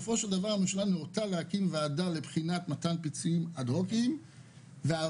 הממשלה ההולנדית להקים ועדה לבחינת מתן פיצויים אד-הוק והאחרונה